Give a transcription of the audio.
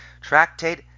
Tractate